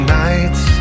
nights